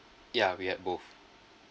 ya we had both